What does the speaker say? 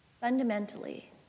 Fundamentally